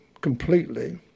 completely